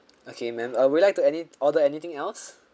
okay ma'am uh would you like to any order anything else